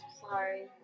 Sorry